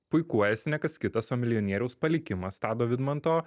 puikuojasi ne kas kitas o milijonieriaus palikimas tado vidmanto